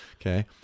Okay